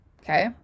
okay